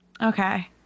okay